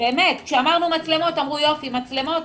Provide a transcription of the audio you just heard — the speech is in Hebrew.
באמת כשאמרנו מצלמות, אמרו: יופי, מצלמות?